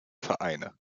vereine